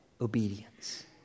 obedience